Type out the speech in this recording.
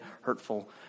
hurtful